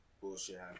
bullshit